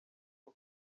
bwo